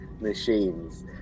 machines